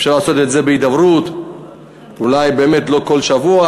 אפשר לעשות את זה בהידברות, אולי באמת לא כל שבוע.